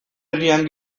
herrian